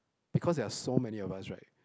because they are so many of us right